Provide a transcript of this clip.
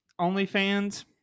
OnlyFans